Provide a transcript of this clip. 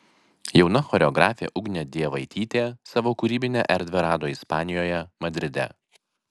jauna choreografė ugnė dievaitytė savo kūrybinę erdvę rado ispanijoje madride